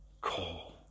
call